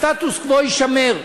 הסטטוס-קוו יישמר,